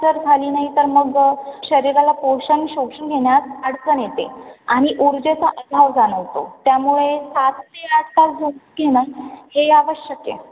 जर झाली ना तर मग शरीराला पोषण शोषून घेण्यात अडचण येते आणि ऊर्जेचा अभाव जाणवतो त्यामुळे सात ते आठ तास झोप घेणं हे आवश्यक आहे